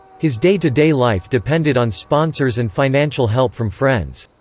his day-to-day life depended on sponsors and financial help from friends.